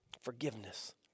forgiveness